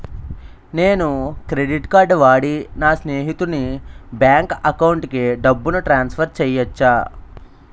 నేను credit card వాడి నా స్నేహితుని బ్యాంక్ అకౌంట్ కి డబ్బును ట్రాన్సఫర్ చేయచ్చా?